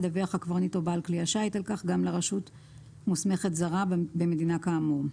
ידווח הקברניט או בעל כלי השיט על כך גם לרשות מוסמכת זרה במדינה כאמור.